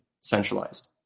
centralized